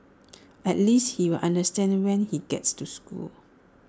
at least he'll understand when he gets to school